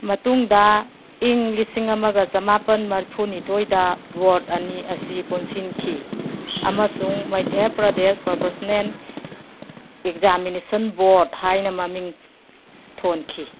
ꯃꯇꯨꯡꯗ ꯏꯪ ꯂꯤꯁꯤꯡ ꯑꯃꯒ ꯆꯃꯥꯄꯟ ꯃꯔꯤꯐꯨꯅꯤꯊꯣꯏꯗ ꯋꯥꯔ꯭ꯗ ꯑꯅꯤ ꯑꯁꯤ ꯄꯨꯟꯁꯤꯟꯈꯤ ꯑꯃꯁꯨꯡ Madhya Pradesh professional examination board ꯍꯥꯏꯅ ꯃꯃꯤꯡ ꯊꯣꯟꯈꯤ